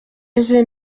izi